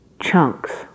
chunks